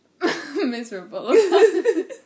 miserable